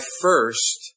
first